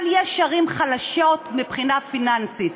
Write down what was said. אבל יש ערים חלשות מבחינה פיננסית.